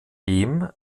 dem